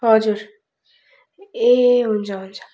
हजुर ए हुन्छ हुन्छ